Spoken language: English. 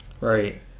Right